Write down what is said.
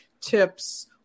tips